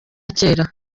kera